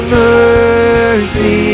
mercy